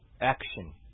Action